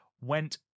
went